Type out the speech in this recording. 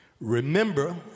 remember